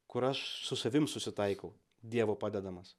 kur aš su savim susitaikau dievo padedamas